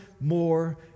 more